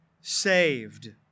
saved